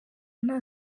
nta